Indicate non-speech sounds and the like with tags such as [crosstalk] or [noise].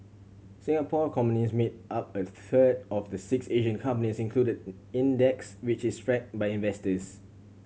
Singapore companies made up a third of the six Asian companies included [unintelligible] in the index which is [unintelligible] by investors